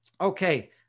Okay